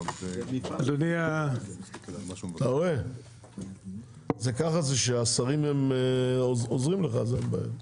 אתה רואה, ככה זה כשהשרים עוזרים לך, אז אין בעיה.